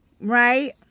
right